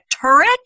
turret